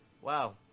Wow